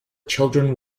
children